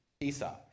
Esau